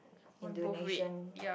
in donation